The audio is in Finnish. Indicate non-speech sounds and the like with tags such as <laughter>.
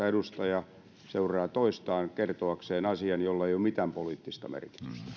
<unintelligible> edustaja seuraa toistaan kertoakseen asian jolla ei ole mitään poliittista merkitystä